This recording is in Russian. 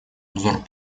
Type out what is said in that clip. обзор